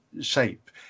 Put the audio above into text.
shape